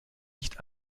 nicht